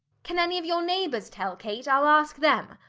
can any of your neighbours tell, kate? ile aske them.